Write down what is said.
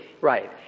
Right